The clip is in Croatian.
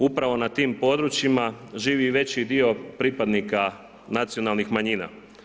Upravo na tim područjima živi veći dio pripadnika nacionalnih manjina.